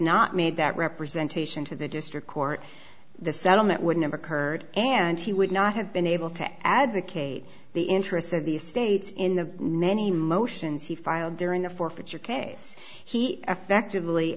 not made that representation to the district court the settlement wouldn't have occurred and he would not have been able to advocate the interests of the states in the nanny motions he filed during the forfeiture case he effectively